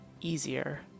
easier